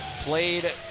played